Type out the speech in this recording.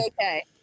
Okay